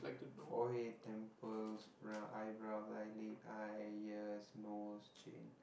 forehead temples eyebrows eyelid eyes ears nose chin